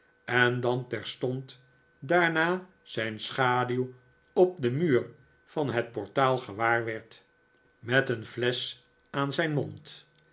en dan terstond daarn a zijn schaduw op den muur van het portaal gewaar werd met een flesch aan zijn mond